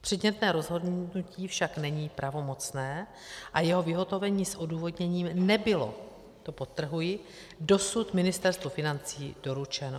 Předmětné rozhodnutí však není pravomocné a jeho vyhotovení s odůvodněním nebylo to podtrhuji dosud Ministerstvu financí doručeno.